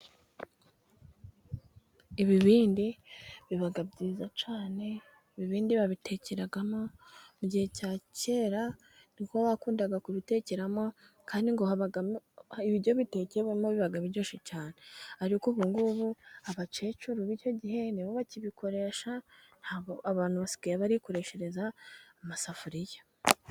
Ibibindi biba byiza cyane， ibindi babitekeramo，mu gihe cya kera ni bwo bakundaga kubitekeramo， kandi ngo ibiryo bitekeyemo biba biryoshye cyane. Ariko ubu ngubu，abakecuru b'icyo gihe ni bo bakibikoresha， abantu basigaye barikoreshereza amasafuriya.